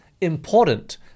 important